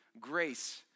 grace